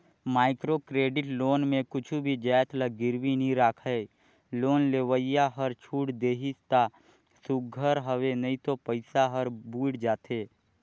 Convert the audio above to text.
micro credit loan में कुछु भी जाएत ल गिरवी नी राखय लोन लेवइया हर छूट देहिस ता सुग्घर हवे नई तो पइसा हर बुइड़ जाथे